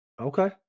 Okay